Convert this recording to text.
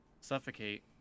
suffocate